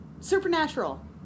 Supernatural